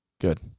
good